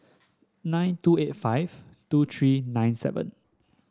nine two eight five two three nine seven